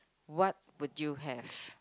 what would you have